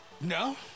No